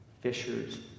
fishers